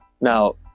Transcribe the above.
Now